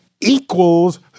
equals